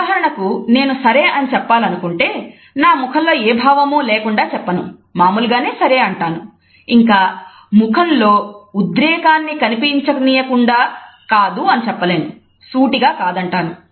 ఉదాహరణకు నేను సరే అని చెప్పాలనుకుంటే నా ముఖములో ఏ భావమూ లేకుండా చెప్పను మామూలుగా నే సరే అంటాను ఇంకా ముఖములో ఉద్రేకాన్ని కనిపించనియకుండా కాదు అని చెప్పలేను సూటిగా కాదంటాను